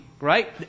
Right